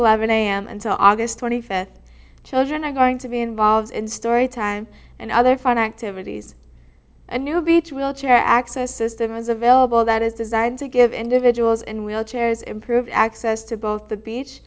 eleven am until aug twenty fifth children are going to be involved in story time and other fun activities a new beach wheelchair access system is available that is designed to give individuals and wheelchairs improve access to both the beach